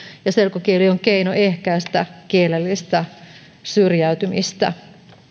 ja selkokieli on keino ehkäistä kielellistä syrjäytymistä arvoisa puhemies